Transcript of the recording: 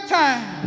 time